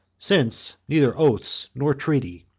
since neither oaths, nor treaty,